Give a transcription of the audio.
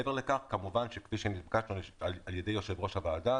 כפי שנקבע כאן על ידי יושב-ראש הוועדה,